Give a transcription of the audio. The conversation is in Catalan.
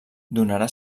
donarà